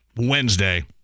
Wednesday